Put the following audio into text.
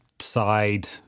side